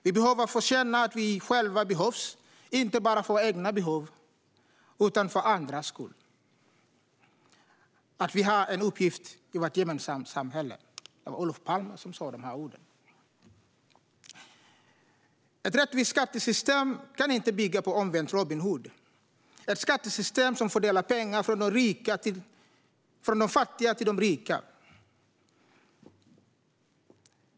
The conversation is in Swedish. Vi behöver få känna att vi själva behövs, inte bara för våra egna behov utan för andras skull, att vi har en uppgift i vårt gemensamma samhälle. Det var Olof Palme som sa de orden. Ett rättvist skattesystem kan inte bygga på omvänd Robin Hood, ett skattesystem som fördelar pengar från fattiga till rika.